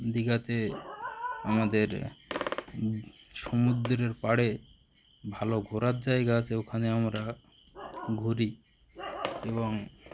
দীঘাতে আমাদের সমুদ্রের পাড়ে ভালো ঘোরার জায়গা আছে ওখানে আমরা ঘুরি এবং